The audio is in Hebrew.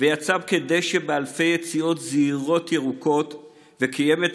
ויצא כדשא באלפי יציאות זהירות-ירוקות / וקיים את